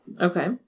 Okay